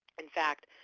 in fact,